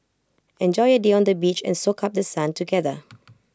enjoy A day on the beach and soak up The Sun together